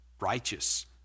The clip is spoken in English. righteous